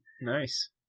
Nice